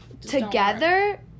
together